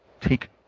take